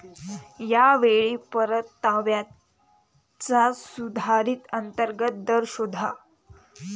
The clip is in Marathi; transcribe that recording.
या वेळी परताव्याचा सुधारित अंतर्गत दर शोधा